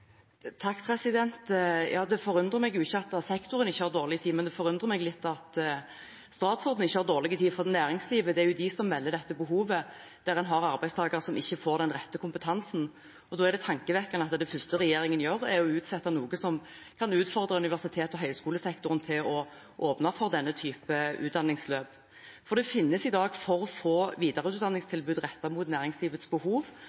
Det forundrer meg ikke at sektoren ikke har dårlig tid, men det forundrer meg litt at statsråden ikke har dårlig tid, for næringslivet, der en har arbeidstakere som ikke får den rette kompetansen, er de som melder dette behovet. Da er det tankevekkende at det første regjeringen gjør, er å utsette noe som kan utfordre universitets- og høyskolesektoren til å åpne for denne typen utdanningsløp. For det finnes i dag for få videreutdanningstilbud rettet mot næringslivets behov,